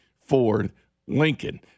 Ford-Lincoln